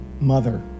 mother